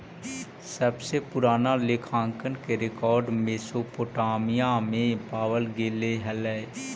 सबसे पूरान लेखांकन के रेकॉर्ड मेसोपोटामिया में पावल गेले हलइ